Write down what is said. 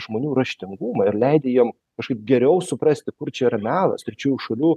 žmonių raštingumą ir leidi jiem kažkaip geriau suprasti kur čia yra melas trečiųjų šalių